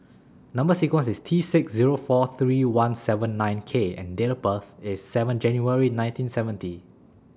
Number sequence IS T six Zero four three one seven nine K and Date of birth IS seven January nineteen seventy